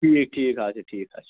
ٹھیٖک ٹھیٖک اَچھا ٹھیٖک اَچھا